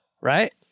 Right